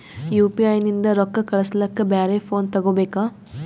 UPI ನಿಂದ ರೊಕ್ಕ ಕಳಸ್ಲಕ ಬ್ಯಾರೆ ಫೋನ ತೋಗೊಬೇಕ?